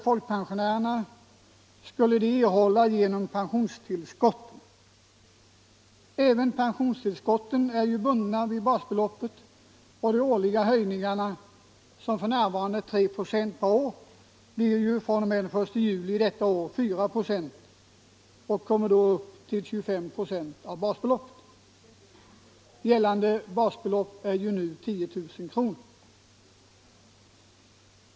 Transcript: Folkpensionärerna skall erhålla standardförbättring genom pensionstillskotten. Även pensionstillskotten är bundna vid basbeloppet, och de årliga höjningarna —- som f. n. är 3 96 per år — blir fr.o.m. den 1 juli detta år 4 96 i ökning, och kommer då upp till 25 26 av basbeloppet. Gällande basbelopp är nu 10 000 kr.